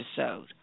episode